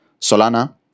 Solana